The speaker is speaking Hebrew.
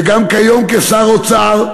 וגם כיום, כשר האוצר,